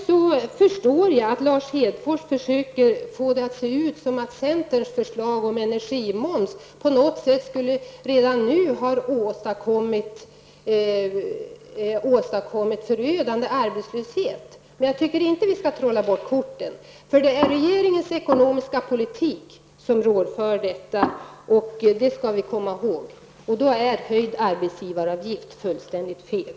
Jag förstår att Lars Hedfors försöker få det att se ut som om centerns förslag om energimoms på något sett redan nu skulle ha åstadkommit förödande arbetslöshet. Jag tycker inte att vi skall trolla bort korten. Det är regeringens ekonomiska politik som rår för detta. Det skall vi komma ihåg. Höjd arbetsgivaravgift är här fullständigt fel.